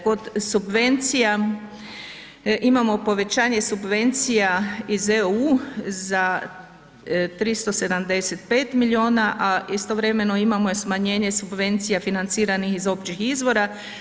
Kod subvencija imamo povećanje subvencija iz EU za 375 milijuna a istovremeno imamo i smanjenje subvencija financiranih iz općih izvora.